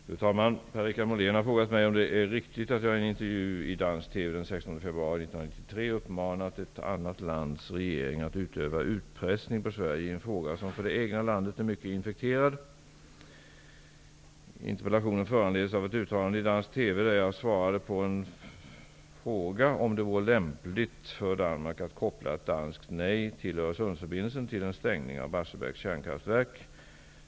Fru talman! Per-Richard Molén har frågat mig om det är riktigt att jag i en intervju i dansk TV den 16 februari 1993 uppmanat ett annat lands regering att utöva utpressning på Sverige i en fråga som för det egna landet är mycket infekterad. TV där jag svarade på en fråga om huruvida det vore lämpligt för Danmark att koppla ett danskt nej till Öresundsförbindelsen till en stängning av Barsebäcks kärnkraftverk.